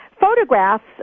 Photographs